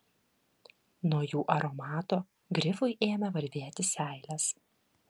nuo jų aromato grifui ėmė varvėti seilės